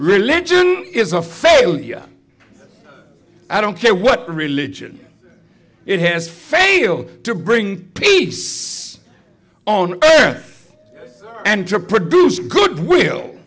religion is a failure i don't care what religion it has failed to bring peace on and to produce goodwill